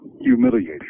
humiliated